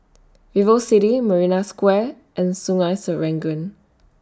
Vivocity Marina Square and Sungei Serangoon